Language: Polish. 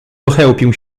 pochełpił